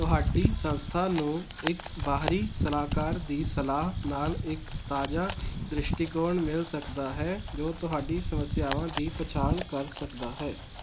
ਤੁਹਾਡੀ ਸੰਸਥਾ ਨੂੰ ਇੱਕ ਬਾਹਰੀ ਸਲਾਹਕਾਰ ਦੀ ਸਲਾਹ ਨਾਲ ਇੱਕ ਤਾਜ਼ਾ ਦ੍ਰਿਸ਼ਟੀਕੋਣ ਮਿਲ ਸਕਦਾ ਹੈ ਜੋ ਤੁਹਾਡੀ ਸਮੱਸਿਆਵਾਂ ਦੀ ਪਛਾਣ ਕਰ ਸਕਦਾ ਹੈ